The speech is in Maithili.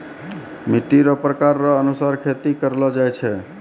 मिट्टी रो प्रकार रो अनुसार खेती करलो जाय छै